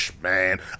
man